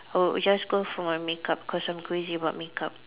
I would just go for my makeup cause I'm crazy about makeup